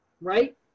right